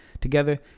together